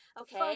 okay